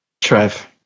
Trev